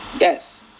Yes